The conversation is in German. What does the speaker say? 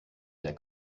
der